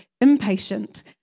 impatient